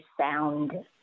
sound